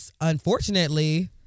unfortunately